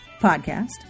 podcast